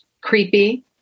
Creepy